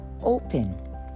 Open